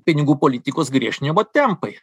pinigų politikos griežtinimo tempai